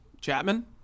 Chapman